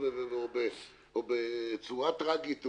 או של אדם שמת בצורה טרגית,